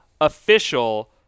official